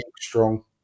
strong